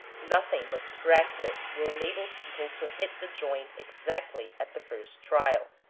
nothing but practice will enable people to hit the joint exactly at the first trial.